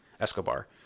Escobar